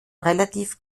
relativ